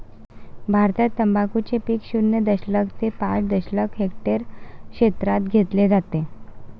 भारतात तंबाखूचे पीक शून्य दशलक्ष ते पाच दशलक्ष हेक्टर क्षेत्रात घेतले जाते